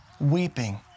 weeping